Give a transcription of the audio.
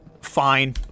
Fine